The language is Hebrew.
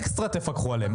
אקסטרה תפקחו עליהם,